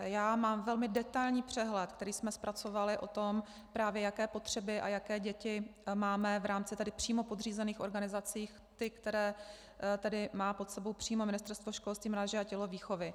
Já mám velmi detailní přehled, který jsme zpracovali, právě o tom, jaké potřeby a jaké děti máme v rámci přímo podřízených organizací, ty, které tedy má pod sebou přímo Ministerstvo školství, mládeže a tělovýchovy.